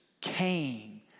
came